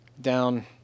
Down